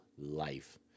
life-